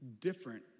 different